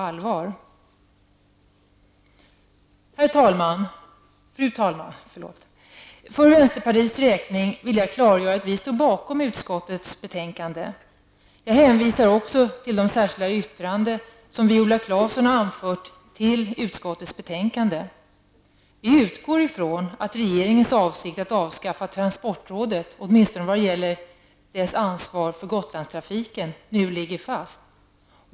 Fru talman! För vänsterpartiets räkning vill jag klargöra att vi står bakom utskottets hemställan. Jag hänvisar också till det särskilda yttrande som Viola Claesson har fogat till utskottets betänkande. Vi utgår ifrån att regeringens avsikt att avskaffa transportrådet, åtminstone i vad gäller dess ansvar för Gotlandstrafiken, nu ligger fast.